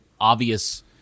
obvious